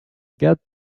get